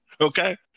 Okay